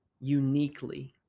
uniquely